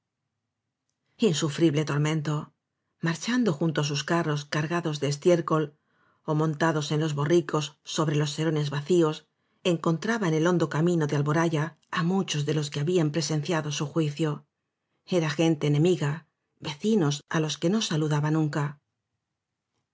casa insufrible tormento marchando junto á sus carros cargados de estiércol ó montados en los borricos sobre los serones vacíos encontraba en el hondo camino de alboraya á muchos dé los que habían presenciado su juicio eran gente enemiga vecinos á los que no saludaba nunca